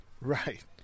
Right